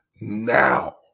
Now